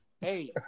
hey